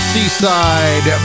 Seaside